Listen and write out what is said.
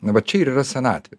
va čia ir yra senatvė